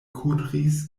kudris